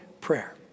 prayer